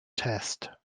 test